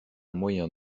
moyen